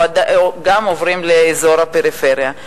או גם עוברים לאזור הפריפריה.